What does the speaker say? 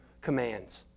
commands